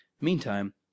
Meantime